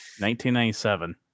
1997